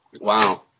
Wow